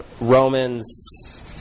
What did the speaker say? Romans